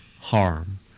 harm